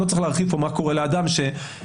לא צריך להרחיב פה מה קורה לאדם שאחר